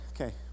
okay